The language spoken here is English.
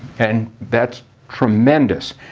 and that's tremendous.